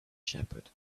shepherd